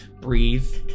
breathe